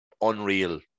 unreal